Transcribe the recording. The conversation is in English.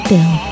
Bill